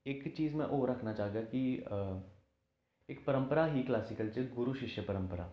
इक चीज मैं होर आखना चाह्गा कि इक परम्परा ही क्लासीकल च गुरु शिश्य परम्परा